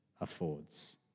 affords